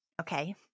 okay